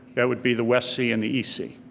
that would be the west sea and the east sea.